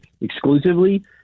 exclusively